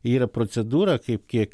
yra procedūra kaip kiek